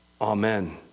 Amen